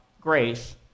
grace